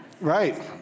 Right